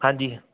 ਹਾਂਜੀ